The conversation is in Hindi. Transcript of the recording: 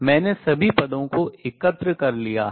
मैंने सभी पदों को एकत्र कर लिया है